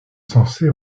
censée